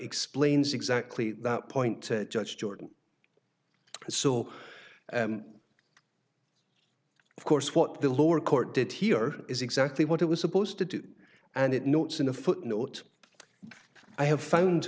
explains exactly that point to judge jordan so of course what the lower court did here is exactly what it was supposed to do and it notes in a footnote that i have found